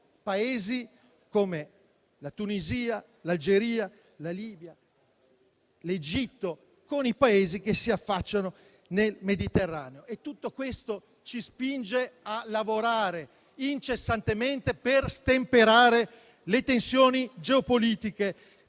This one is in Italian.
Paesi come la Tunisia, l'Algeria, la Libia, l'Egitto, cioè ai Paesi che si affacciano sul Mediterraneo. Tutto questo ci spinge a lavorare incessantemente per stemperare le tensioni geopolitiche